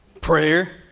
Prayer